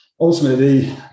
ultimately